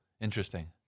interesting